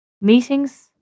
meetings